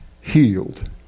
healed